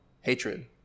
hatred